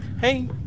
Hey